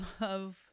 love